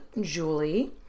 Julie